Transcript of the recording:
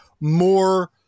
more